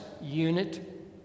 unit